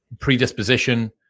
predisposition